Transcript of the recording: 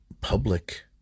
public